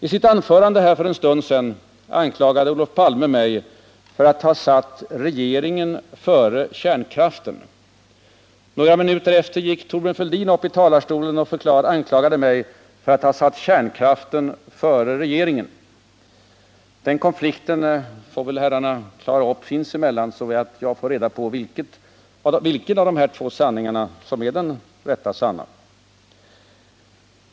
I sitt anförande för en stund sedan anklagade Olof Palme mig för att ha satt regeringen före kärnkraften. Några minuter därefter gick Thorbjörn Fälldin uppitalarstolen och anklagade mig för att ha satt kärnkraften före regeringen. Den konflikten får väl herrarna klara ut sinsemellan, så att jag får reda på vilken av dessa två sanningar som är den sanna.